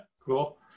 Cool